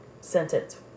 sentence